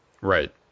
Right